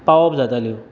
पावोप जाताल्यो